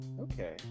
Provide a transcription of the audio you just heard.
Okay